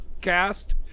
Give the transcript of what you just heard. cast